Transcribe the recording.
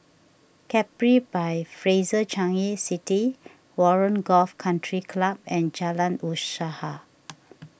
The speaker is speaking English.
Capri by Fraser Changi City Warren Golf Country Club and Jalan Usaha